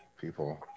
people